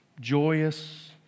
joyous